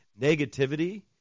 negativity